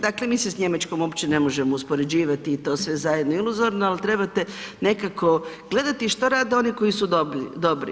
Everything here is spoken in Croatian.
Dakle, mi se s Njemačkom uopće ne možemo uspoređivati i to sve zajedno iluzorno, ali trebate nekako gledate što rade oni koji su dobri.